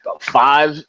five